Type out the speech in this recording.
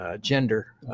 gender